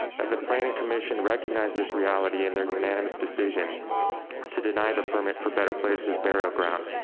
at the planning commission recognize this reality and their unanimous decision to deny the permit for better places, burial ground,